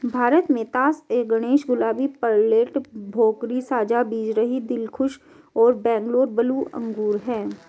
भारत में तास ए गणेश, गुलाबी, पेर्लेट, भोकरी, साझा बीजरहित, दिलखुश और बैंगलोर ब्लू अंगूर हैं